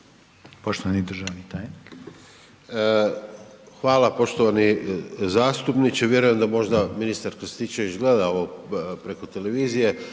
Tomislav (HDZ)** Hvala poštovani zastupniče, vjerujem da možda ministar Krstičević gleda ovo preko televizije,